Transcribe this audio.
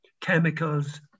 chemicals